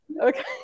Okay